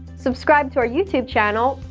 subscribe to our youtube channel,